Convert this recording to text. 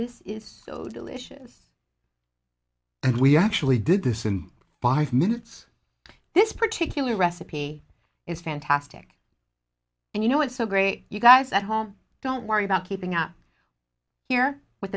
this is so delicious and we actually did this in five minutes this particular recipe is fantastic and you know it's so great you guys at home don't worry about keeping up here with